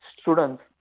students